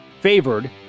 favored